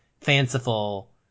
fanciful